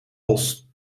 bos